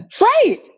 Right